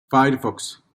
firefox